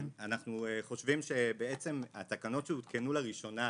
אנחנו חושבים שהתקנות שהותקנו לראשונה